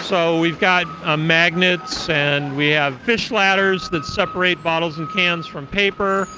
so we've got ah magnets and we have fish ladders that separate bottles and cans from paper.